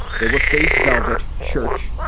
they were face velvet church.